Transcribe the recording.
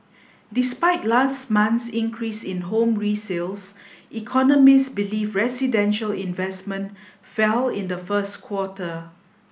despite last month's increase in home resales economists believe residential investment fell in the first quarter